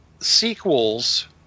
sequels